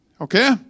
Okay